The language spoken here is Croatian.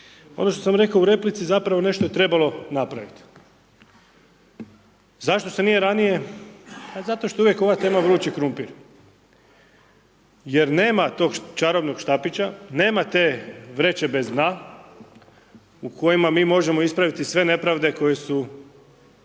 Ono što sam rekao u replici zapravo nešto je trebalo napraviti. Zašto se nije radnije? Pa zato što je uvijek ova tema vrući krumpir jer nema tog čarobnog štapića, nema te vreće bez dna u kojima mi možemo ispraviti sve nepravde koje su,